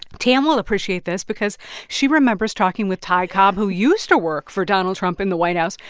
tam will appreciate this because she remembers talking with ty cobb, who used to work for donald trump in the white house,